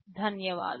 ధన్యవాదాలు